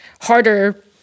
harder